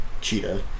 cheetah